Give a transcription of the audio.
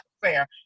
fair